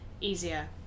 easier